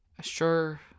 sure